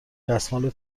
دستمال